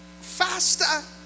faster